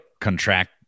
contract